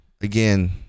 again